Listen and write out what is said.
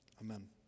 Amen